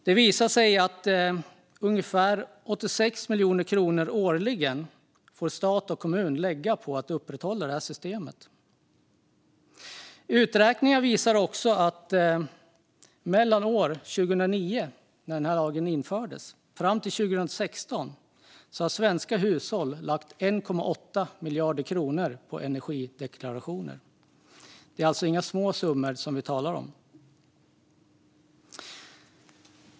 Det visar sig att stat och kommun får lägga ungefär 86 miljoner kronor årligen på att upprätthålla det här systemet. Uträkningar visar också att mellan år 2009, när lagen infördes, fram till 2016 har svenska hushåll lagt 1,8 miljarder kronor på energideklarationer. Det är alltså inga små summor som vi talar om.